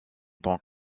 tant